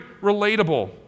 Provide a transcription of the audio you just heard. relatable